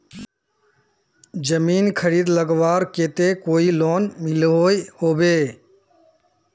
जमीन खरीद लगवार केते कोई लोन मिलोहो होबे?